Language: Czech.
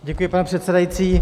Děkuji, pane předsedající.